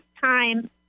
time